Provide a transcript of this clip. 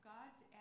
God's